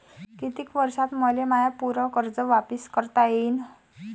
कितीक वर्षात मले माय पूर कर्ज वापिस करता येईन?